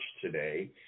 today